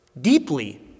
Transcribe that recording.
deeply